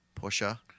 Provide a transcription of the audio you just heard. Porsche